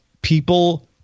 people